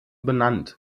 benannt